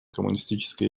коммунистической